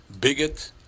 bigot